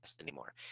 anymore